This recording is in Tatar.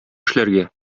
эшләргә